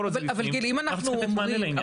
אנחנו צריכים לתת מענה לעניין הזה.